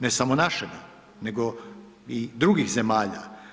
Ne samo našega nego i drugih zemalja.